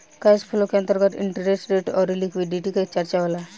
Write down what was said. cash flow के अंतर्गत interest rate अउरी लिक्विडिटी के चरचा होला